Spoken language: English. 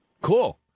Cool